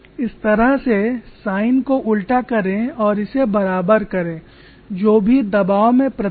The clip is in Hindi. इस तरह से साइन को उल्टा करें और इसे बराबर करें जो भी दबाव में प्रतिबल हो